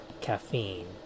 caffeine